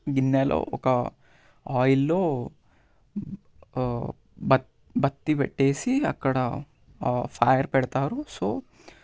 గిన్నెలో ఒక ఆయిల్లో బత్ బత్తి పెట్టేసి అక్కడ ఫైర్ పెడతారు సో